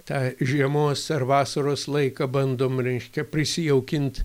tą žiemos ar vasaros laiką bandom reiškia prisijaukint